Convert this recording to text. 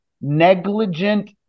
negligent